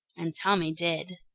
and tommy did.